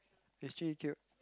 is Jun-Yi cute